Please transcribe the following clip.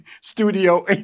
studio